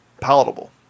palatable